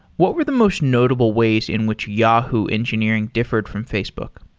what were the most notable ways in which yahoo engineering differed from facebook?